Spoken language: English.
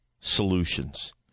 solutions